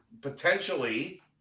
potentially